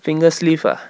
fingers sleeve ah